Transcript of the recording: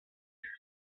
fear